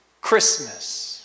Christmas